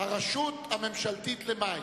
הרשות הממשלתית למים.